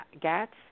GATS